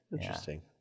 Interesting